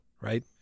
right